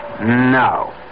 No